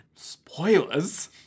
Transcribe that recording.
Spoilers